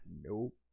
nope